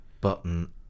Button